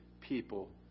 people